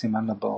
כסימן לבאות.